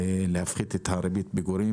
להפחית את ריבית הפיגורים